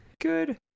Good